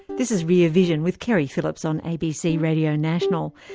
this is rear vision with keri phillips on abc radio national.